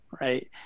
right